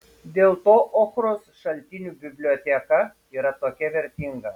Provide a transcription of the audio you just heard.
dėl to ochros šaltinių biblioteka yra tokia vertinga